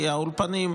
כי האולפנים,